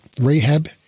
Rehab